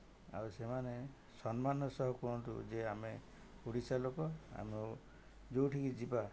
ଆଉ ସେମାନେ ସମ୍ମାନ ସହ କୁହନ୍ତୁ ଯେ ଆମେ ଓଡ଼ିଶାର ଲୋକ ଆଉ ଆମେ ଯେଉଁଠିକୁ ଯିବା